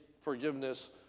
forgiveness